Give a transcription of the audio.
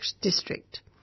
district